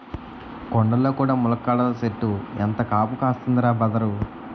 కొండల్లో కూడా ములక్కాడల సెట్టు ఎంత కాపు కాస్తందిరా బదరూ